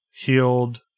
healed